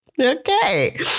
Okay